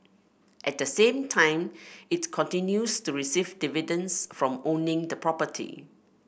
at the same time it continues to receive dividends from owning the property